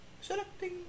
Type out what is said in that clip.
Selecting